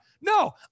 No